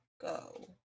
go